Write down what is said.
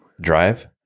Drive